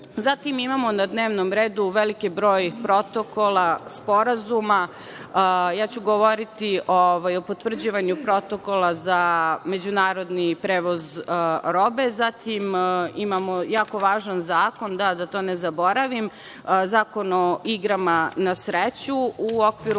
imamo na dnevnom redu veliki broj protokola, sporazuma. Ja ću govoriti o potvrđivanju Protokola za međunarodni prevoz robe. Zatim, imamo jako važan zakon, da to ne zaboravim, Zakon o igrama na sreću. U okviru